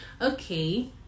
Okay